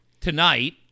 tonight